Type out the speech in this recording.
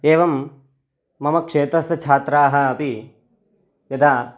एवं मम क्षेत्रस्य छात्राः अपि यदा